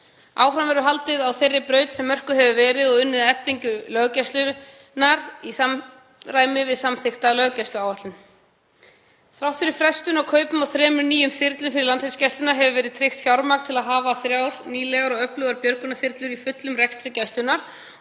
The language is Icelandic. Áfram verður haldið á þeirri braut sem mörkuð hefur verið og unnið að eflingu löggæslunnar í samræmi við samþykkta löggæsluáætlun. Þrátt fyrir frestun á kaupum á þremur nýjum þyrlum fyrir Landhelgisgæsluna hefur verið tryggt fjármagn til að hafa þrjár nýlegar og öflugar björgunarþyrlur í fullum rekstri Gæslunnar